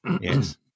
Yes